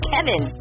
Kevin